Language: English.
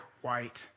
white